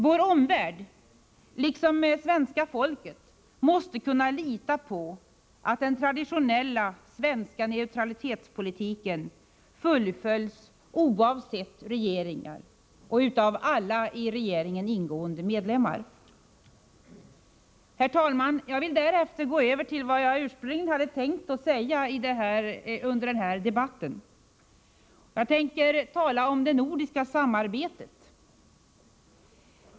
Vår omvärld liksom svenska folket måste kunna lita på att den traditionella svenska neutralitetspolitiken fullföljs oavsett regering och av alla i regeringen ingående medlemmar. Herr talman! Jag vill därefter gå över till vad jag ursprungligen tänkt säga under den här debatten. Jag tänker tala om det nordiska samarbetet.